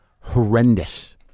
horrendous